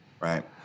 Right